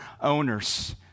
owners